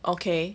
okay